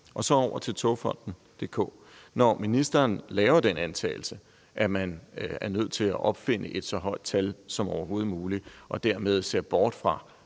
jeg gå over til Togfonden DK. Når ministeren har den antagelse, at man er nødt til at opfinde et så højt tal som overhovedet muligt, og dermed ser bort fra